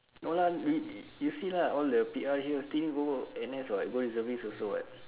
no lah you you see lah all the P_R here still need go for N_S [what] go reservist also [what]